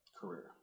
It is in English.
career